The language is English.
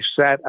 set